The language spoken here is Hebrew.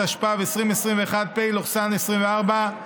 התשפ"ב 2021, פ/2654/24,